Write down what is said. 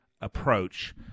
approach